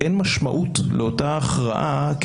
לאסיפות --- גם במשלוח ההודעה החברה